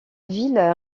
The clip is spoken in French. ville